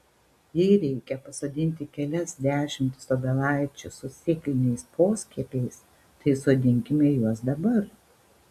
jei reikia pasodinti kelias dešimtis obelaičių su sėkliniais poskiepiais tai sodinkime juos dabar